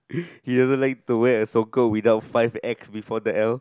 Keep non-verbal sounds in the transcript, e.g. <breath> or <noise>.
<breath> he doesn't like to wear a socker without five X before the L